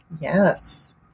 Yes